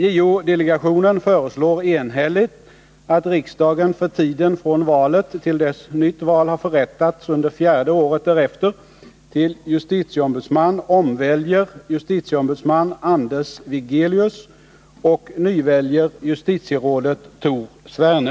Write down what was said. JO-delegationen föreslår enhälligt att riksdagen för tiden från valet till dess nytt val har förrättats under fjärde året därefter till justitieombudsmän omväljer justitieombudsmannen Anders Wigelius och nyväljer justitierådet Tor Sverne.